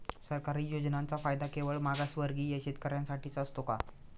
सरकारी योजनांचा फायदा केवळ मागासवर्गीय शेतकऱ्यांसाठीच असतो का?